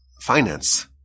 finance